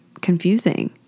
confusing